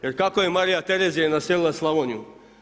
Jer kako je Marija Terezija naselila Slavoniju?